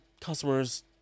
customers